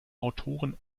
autoren